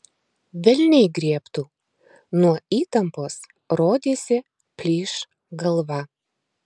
velniai griebtų nuo įtampos rodėsi plyš galva